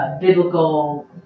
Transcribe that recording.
biblical